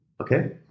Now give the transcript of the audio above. Okay